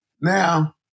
Now